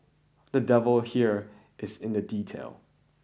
the devil here is in the detail